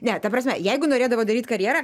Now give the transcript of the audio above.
ne ta prasme jeigu norėdavo daryt karjerą